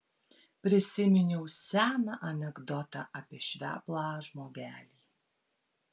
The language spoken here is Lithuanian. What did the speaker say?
prisiminiau seną anekdotą apie šveplą žmogelį